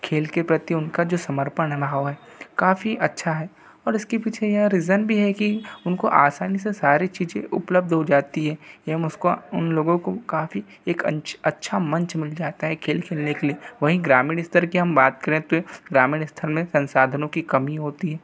खेल के प्रति उनका जो समर्पण भाव है काफ़ी अच्छा है और इसके पीछे यह रीज़न भी है कि उनको आसानी से सारी चीज़ें उपलब्ध हो जाती हैं हम उसको उन लोगों को काफ़ी एक अच्छा मंच मिल जाता है खेल खेलने के लिए वहीं ग्रामीण स्तर की हम बात करें तो ग्रामीण स्तर में संसाधनों की कमी होती है